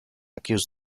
accused